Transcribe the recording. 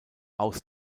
aus